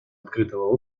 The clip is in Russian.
открытого